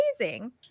amazing